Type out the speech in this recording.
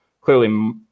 clearly